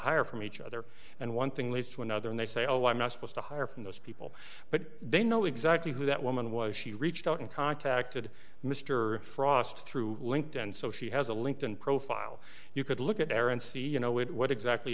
hire from each other and one thing leads to another and they say oh i'm not supposed to hire from those people but they know exactly who that woman was she reached out and contacted mr frost through linked and so she has a linked in profile you could look at air and see you know it what exactly